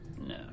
No